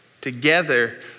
together